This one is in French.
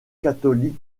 catholique